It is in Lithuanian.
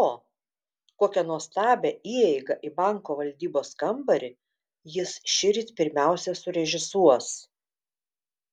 o kokią nuostabią įeigą į banko valdybos kambarį jis šįryt pirmiausia surežisuos